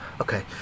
Okay